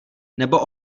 nebo